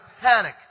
panic